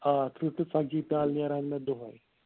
آ ترٕٛہ ٹُو ژَتجی پیٛالہٕ نیرہَن مےٚ دۄہے